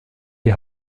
die